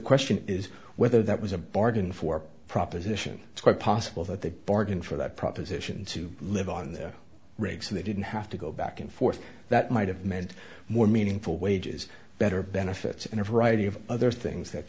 question is whether that was a bargain for proposition it's quite possible that they bargained for that proposition to live on their rigs so they didn't have to go back and forth that might have meant more meaningful wages better benefits and a variety of other things tha